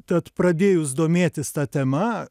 tad pradėjus domėtis ta tema